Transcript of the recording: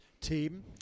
team